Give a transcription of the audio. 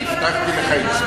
ש"ס קיבלו את כל הכסף.